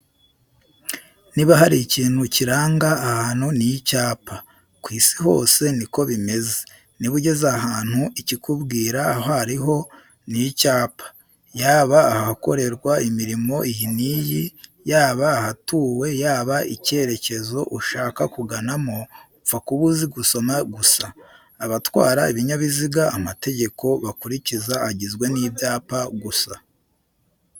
Niba hari ikintu kiranga ahantu ni icyapa. Ku Isi hose ni ko bimeze. Niba ugeze ahantu, ikikubwira aho ari ho ni icyapa. Yaba ahokorerwa imirimo iyi n'iyi, yaba ahatuwe, yaba icyerekezo ushaka kuganamo, upfa kuba uzi gusoma gusa. Abatwara ibinyabiziga, amategeko bakurikiza agizwe n'ibyapa gusa.